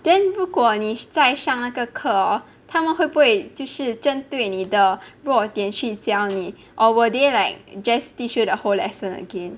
then 不管你再上那个课哦他们会不会就是针对你的弱点去教你 or will they like just teach you the whole lesson again